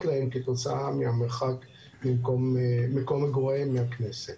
להם כתוצאה ממרחק מקום מגוריהם מהכנסת.